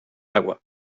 agua